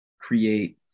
create